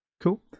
cool